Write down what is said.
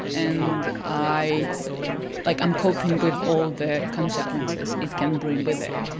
and i like, i'm coping with all the consequences it can bring with it.